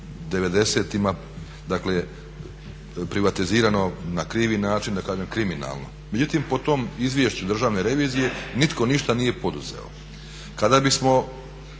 devedesetima, dakle privatizirano na krivi način, da kažem kriminalno. Međutim, po tom izvješću Državne revizije nitko ništa nije poduzeo. Kada bismo